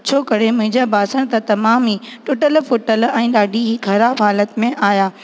छो करे मुंहिंजा बासण त तमामु ई टुटल फुटल ऐं ॾाढी ही ख़राबु हालति में आहियां